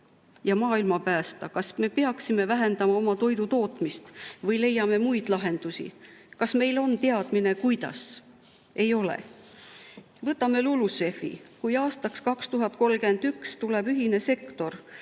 ja maailma päästa, kas me peaksime vähendama oma toidutootmist või leiame muid lahendusi? Kas meil on teadmine, kuidas? Ei ole. Võtame LULUCF‑i. Kui aastaks 2031 tuleb ühine sektor,